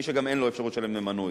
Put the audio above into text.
מי שגם אין לו אפשרות לשלם דמי מנוי.